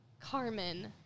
Carmen